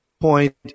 point